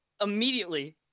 Immediately